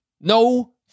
No